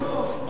בוא לשנות.